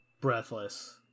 Breathless